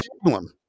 problem